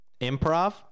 Improv